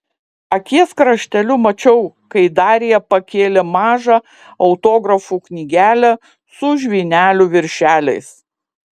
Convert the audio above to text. akies krašteliu mačiau kai darija pakėlė mažą autografų knygelę su žvynelių viršeliais